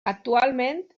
actualment